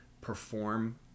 perform